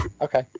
Okay